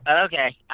Okay